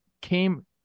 came